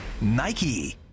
Nike